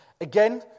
Again